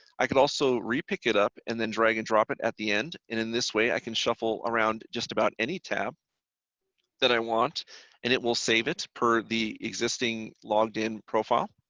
i can also re-pick it up and then drag and drop it at the end and in this way i can shuffle around just about any tab that i want and it will save it per the existing logged in profile.